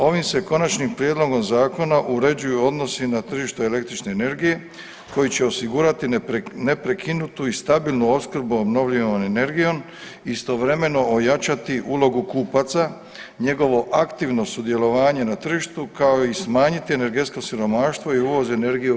Ovim se Konačnim prijedlogom zakona uređuju odnosi na tržištu električne energije koji će osigurati neprekinutu i stabilnu opskrbu obnovljivom energijom, istovremeno ojačati ulogu kupaca, njegovo aktivno sudjelovanje na tržištu, kao i smanjiti energetsko siromaštvo i uvoz energije u RH.